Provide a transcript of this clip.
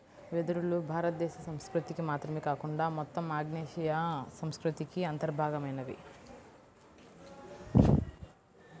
వెదురులు భారతదేశ సంస్కృతికి మాత్రమే కాకుండా మొత్తం ఆగ్నేయాసియా సంస్కృతికి అంతర్భాగమైనవి